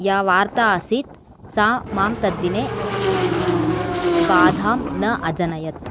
या वार्ता आसीत् सा मां तद्दिने बाधां न अजनयत्